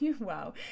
wow